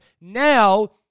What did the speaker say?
now